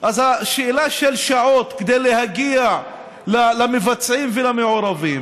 זו שאלה של שעות כדי להגיע למבצעים ולמעורבים,